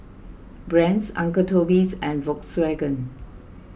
Brand's Uncle Toby's and Volkswagen